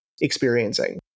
experiencing